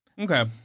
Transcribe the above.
Okay